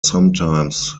sometimes